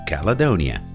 Caledonia